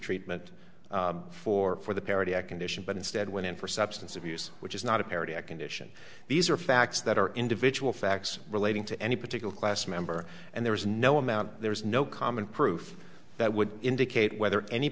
treatment for for the parody i can dish it but instead went in for substance abuse which is not a parity a condition these are facts that are individual facts relating to any particular class member and there is no amount there is no common proof that would indicate whether any